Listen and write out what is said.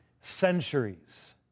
centuries